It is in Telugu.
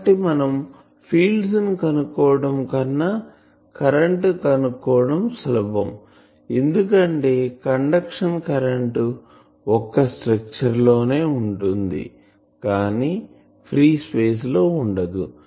కాబట్టి మనం ఫీల్డ్స్ ను కనుక్కోవటం కన్నా కరెంటు కనుక్కోవటం సులభం ఎందుకంటే కండెక్షన్ కరెంటు ఒక్క స్ట్రక్చర్ లోనే ఉంటుంది గాని ఫ్రీస్పేస్ లో ఉండదు